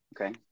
Okay